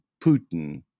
Putin